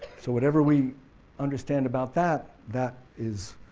so whatever we understand about that, that is